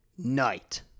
Night